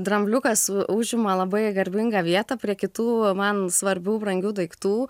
drambliukas užima labai garbingą vietą prie kitų man svarbių brangių daiktų